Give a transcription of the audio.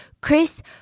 Chris